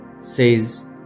says